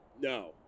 No